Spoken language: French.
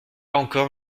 encore